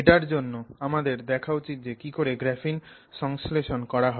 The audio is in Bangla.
এটার জন্য আমাদের দেখা উচিত যে কিকরে গ্রাফিন সংশ্লেষণ করা হয়